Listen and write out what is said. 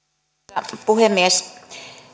arvoisa puhemies